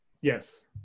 Yes